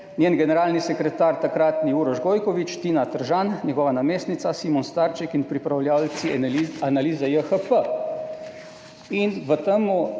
njen generalni sekretar takratni, Uroš Gojkovič, Tina Tržan njegova namestnica, Simon Starček in pripravljavci analize JHP.